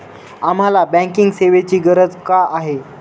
आम्हाला बँकिंग सेवेची गरज का आहे?